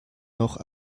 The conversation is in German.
noch